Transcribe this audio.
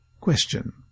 Question